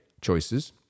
choices